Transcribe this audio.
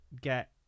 Get